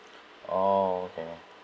oh okay